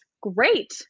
great